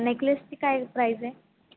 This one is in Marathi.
नेकलेसची काय प्राईज आहे